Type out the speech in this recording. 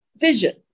vision